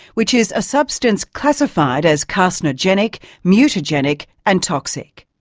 which is a substance classified as carcinogenic, mutagenic and toxic.